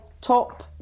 Top